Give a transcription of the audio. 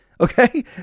Okay